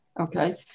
Okay